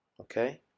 okay